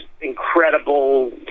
incredible